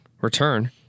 return